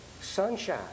sunshine